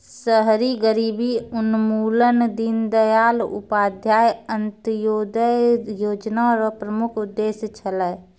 शहरी गरीबी उन्मूलन दीनदयाल उपाध्याय अन्त्योदय योजना र प्रमुख उद्देश्य छलै